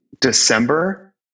december